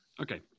Okay